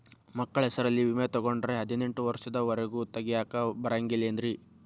ಮಕ್ಕಳ ಹೆಸರಲ್ಲಿ ವಿಮೆ ತೊಗೊಂಡ್ರ ಹದಿನೆಂಟು ವರ್ಷದ ಒರೆಗೂ ತೆಗಿಯಾಕ ಬರಂಗಿಲ್ಲೇನ್ರಿ?